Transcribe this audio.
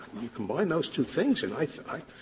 you combine those two things, and i i